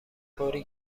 طوری